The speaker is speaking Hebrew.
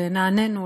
ונענינו,